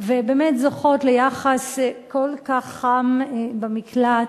ובאמת זוכות ליחס כל כך חם במקלט,